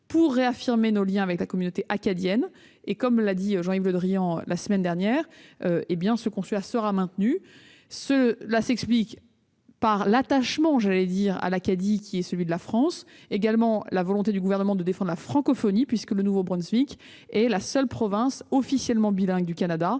pour réaffirmer nos liens avec la communauté acadienne. Comme l'a dit Jean-Yves Le Drian la semaine dernière, ce consulat sera maintenu. Cette décision s'explique par l'attachement de la France à l'Acadie et par la volonté du Gouvernement de défendre la francophonie, puisque le Nouveau-Brunswick est la seule province officiellement bilingue du Canada,